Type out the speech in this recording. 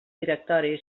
directori